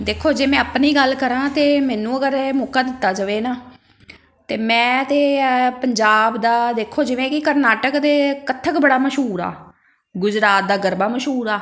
ਦੇਖੋ ਜੇ ਮੈਂ ਆਪਣੀ ਗੱਲ ਕਰਾਂ ਤਾਂ ਮੈਨੂੰ ਅਗਰ ਇਹ ਮੌਕਾ ਦਿੱਤਾ ਜਾਵੇ ਨਾ ਤਾਂ ਮੈਂ ਅਤੇ ਇਹ ਪੰਜਾਬ ਦਾ ਦੇਖੋ ਜਿਵੇਂ ਕਿ ਕਰਨਾਟਕ ਦੇ ਕੱਥਕ ਬੜਾ ਮਸ਼ਹੂਰ ਆ ਗੁਜਰਾਤ ਦਾ ਗਰਬਾ ਮਸ਼ਹੂਰ ਆ